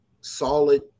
solid